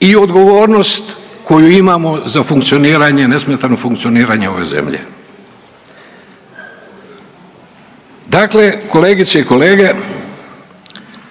i odgovornost koju imamo za funkcioniranje, nesmetano funkcioniranje ove zemlje. Dakle, kolegice i kolege